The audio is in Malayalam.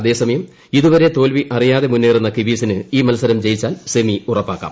അതേസമയം ഇതുവരെ തോൽവി അറിയാതെ മുന്നേറുന്ന കിവീസിന് ഈ മത്സരം ജയിച്ചാൽ സെമി ഉറപ്പാക്കാം